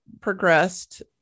progressed